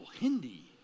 Hindi